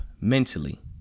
mentally